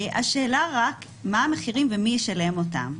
השאלה רק מה המחירים ומי ישלם אותם,